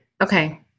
Okay